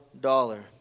dollar